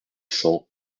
cent